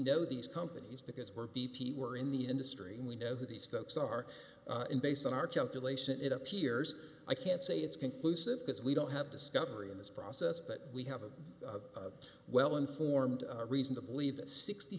know these companies because we're b p we're in the industry and we know who these folks are and based on our calculation it appears i can't say it's conclusive because we don't have discovery in this process but we have a well informed reason to believe that sixty